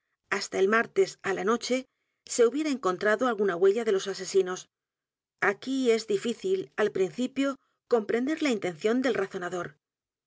a el martes á la noche se hubiera encontrado alguna huella de los asesinos aquí es difícil al principio compren der la intención del razonador